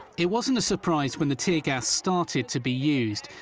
it wasn't a surprise when the tear gas started to be used.